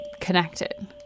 connected